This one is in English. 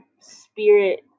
spirit